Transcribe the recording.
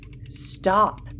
Stop